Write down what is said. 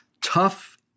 tough